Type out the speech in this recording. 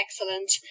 Excellent